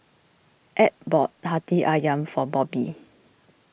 Ab bought Hati Ayam for Bobby